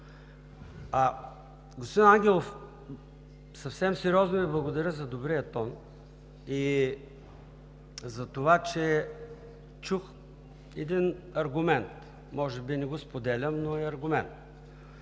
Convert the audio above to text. Господин Ангелов, съвсем сериозно Ви благодаря за добрия тон и за това, че чух един аргумент – може би не го споделям, но е аргумент